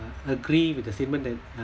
agree with that statement that uh